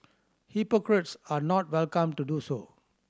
hypocrites are not welcome to do so